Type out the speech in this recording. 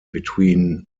between